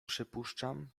przypuszczam